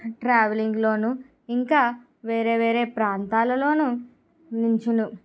ట్రావెలింగ్లో ఇంకా వేరే వేరే ప్రాంతాలలో నించుని